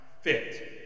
fit